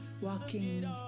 walking